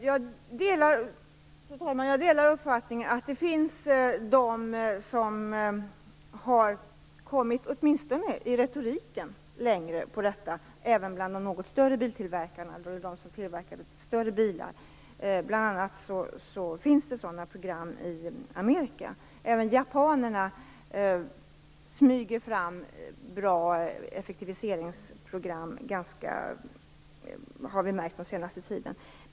Fru talman! Jag delar uppfattningen att det finns de som, åtminstone i retoriken, har kommit längre på detta område. Det gäller även biltillverkare som tillverkar litet större bilar. Bl.a. finns det sådana program i Amerika. Även japanerna smyger fram bra effektiviseringsprogram. Det har vi märkt under den senaste tiden.